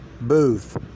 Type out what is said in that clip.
Booth